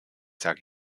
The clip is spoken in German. sage